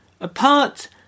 Apart